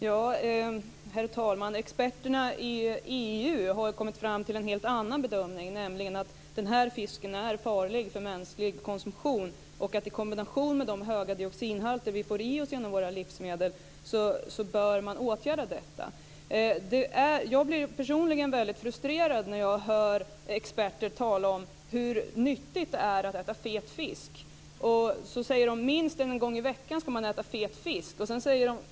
Herr talman! Experterna i EU har kommit fram till en helt annan bedömning, nämligen att den här fisken är farlig för mänsklig konsumtion. Detta i kombination med de höga dioxinhalter vi får i oss genom våra andra livsmedel gör att vi anser att man bör åtgärda detta. Jag blir personligen väldigt frustrerad när jag hör experter tala om hur nyttigt det är att äta fet fisk. De säger att man ska äta fet fisk minst en gång i veckan.